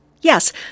Yes